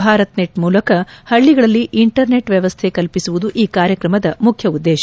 Bharat net ಮೂಲಕ ಹಳ್ಳಗಳಲ್ಲಿ internet ವ್ಣವಸ್ಥೆ ಕಲ್ಪಿಸುವುದು ಈ ಕಾರ್ಯಕ್ರಮದ ಮುಖ್ಯ ಉದ್ದೇಶ